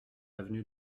avenue